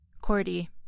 Cordy